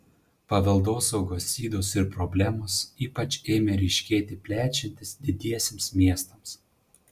paveldosaugos ydos ir problemos ypač ėmė ryškėti plečiantis didiesiems miestams